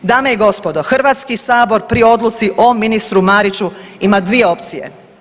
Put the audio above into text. Dame i gospodo, Hrvatski sabor pri odluci o ministru Mariću ima dvije opcije.